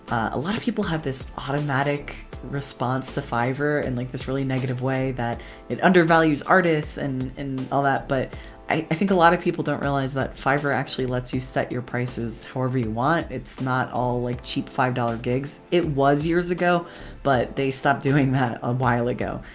a lot of people have this automatic response to fiverr in like this really negative way that it undervalues artists! and and all that. but i think a lot of people don't realize that fiverr actually lets you set your prices however you want. it's not all like cheap five dollars gigs it was years ago but they stopped doing that a while ago.